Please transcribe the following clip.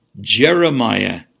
Jeremiah